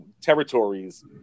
territories